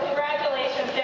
graduation